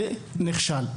זה נכשל.